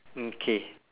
mm K